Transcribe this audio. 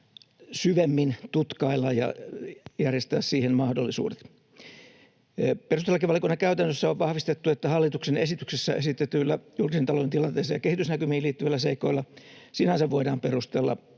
syvemmin tutkailla ja järjestää siihen mahdollisuudet. Perustuslakivaliokunnan käytännössä on vahvistettu, että hallituksen esityksessä esitetyillä julkisen talouden tilanteeseen ja kehitysnäkymiin liittyvillä seikoilla sinänsä voidaan perustella